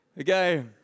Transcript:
Okay